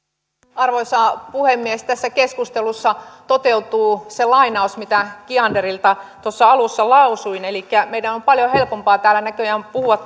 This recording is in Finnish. arvoisa puhemies tässä keskustelussa toteutuu se lainaus minkä kianderilta tuossa alussa lausuin elikkä meidän on paljon helpompaa täällä näköjään puhua